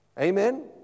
Amen